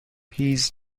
his